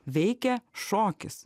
veikia šokis